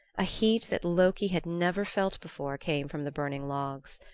a heat that loki had never felt before came from the burning logs.